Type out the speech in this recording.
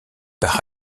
par